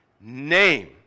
name